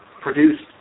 produced